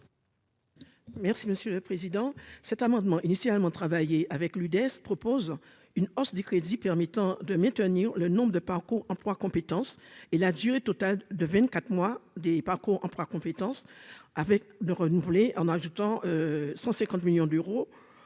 Merci monsieur le président,